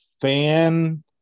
fan